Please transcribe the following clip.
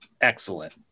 excellent